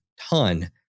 ton